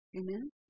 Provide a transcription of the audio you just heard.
Amen